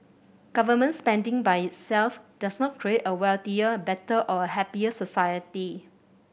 government spending by itself does not create a wealthier better or a happier society